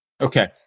Okay